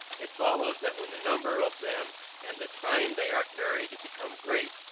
it follows that when the number of them and the time they are carried become great,